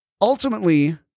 ultimately